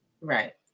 Right